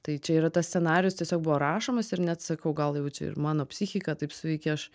tai čia yra tas scenarijus tiesiog buvo rašomas ir net sakau gal jau čia ir mano psichika taip suveikė aš